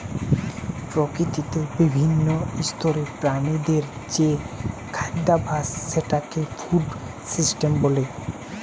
প্রকৃতিতে বিভিন্ন স্তরের প্রাণীদের যে খাদ্যাভাস সেটাকে ফুড সিস্টেম বলে